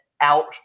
out